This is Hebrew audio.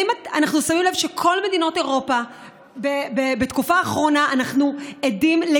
גברתי: בתקופה האחרונה אנחנו עדים בכל